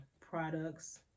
products